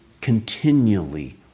continually